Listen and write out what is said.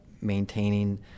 maintaining